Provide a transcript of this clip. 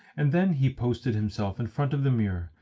and then he posted himself in front of the mirror,